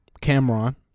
Cameron